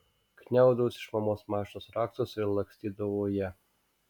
kniaukdavau iš mamos mašinos raktus ir lakstydavau ja